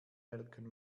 melken